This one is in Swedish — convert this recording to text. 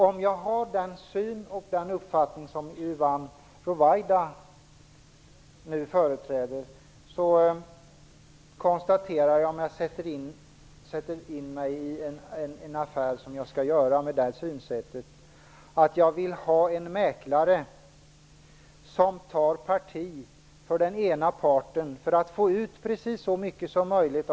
Om jag har den syn och den uppfattning Yvonne Ruwaida nu företräder, och ger mig in i en affär med det synsättet, vill jag ha en mäklare som tar parti för den ena parten för att få ut precis så mycket som möjligt.